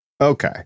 Okay